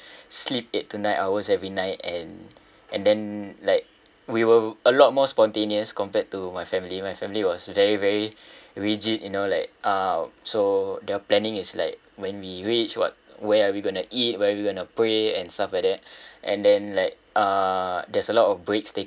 sleep eight to nine hours every night and and then like we were a lot more spontaneous compared to my family my family was very very rigid you know like uh so their planning is like when we reach what where are we going to eat where are we going to pray and stuff like that and then like uh there's a lot of breaks taken